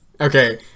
Okay